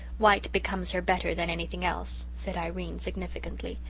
white becomes her better than anything else, said irene significantly.